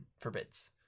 forbids